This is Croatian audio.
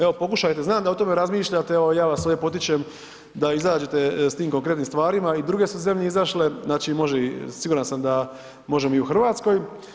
Evo pokušajte, znam da o tome razmišljate, evo ja vas sve potičem da izađete s tim konkretnim stvarima i druge su zemlje izašle, znači može, siguran sam da možemo i u RH.